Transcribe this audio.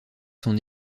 son